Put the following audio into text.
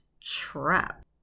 trap